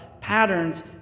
patterns